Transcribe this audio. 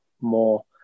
more